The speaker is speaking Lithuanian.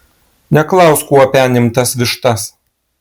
neklausk kuo penim tas vištas